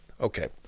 Okay